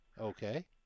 Okay